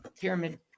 Pyramid